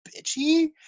bitchy